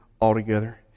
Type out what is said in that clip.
altogether